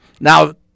Now